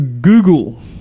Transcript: Google